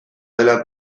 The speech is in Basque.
dela